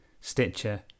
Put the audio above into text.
Stitcher